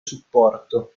supporto